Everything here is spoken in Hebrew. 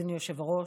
אדוני היושב-ראש,